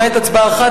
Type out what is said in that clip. למעט הצבעה אחת,